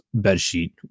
bedsheet